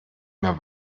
mehr